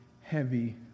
heavy